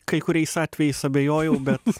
kai kuriais atvejais abejojau bet